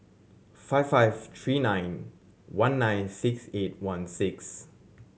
five five three nine one nine six eight one six